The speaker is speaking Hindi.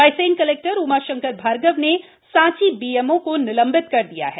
रायसेन कलेक्टर उमाशंकर भार्गव ने साँची बीएमओ निलंबित कर दिया है